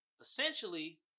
essentially